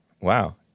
Wow